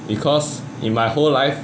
because in my whole life